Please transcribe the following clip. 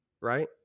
right